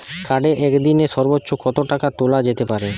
কার্ডে একদিনে সর্বোচ্চ কত টাকা তোলা যেতে পারে?